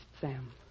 Sam